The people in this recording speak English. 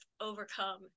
overcome